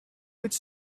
its